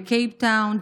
בקייפטאון,